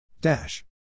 Dash